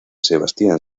sebastián